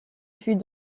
fut